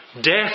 Death